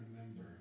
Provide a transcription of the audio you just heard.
remember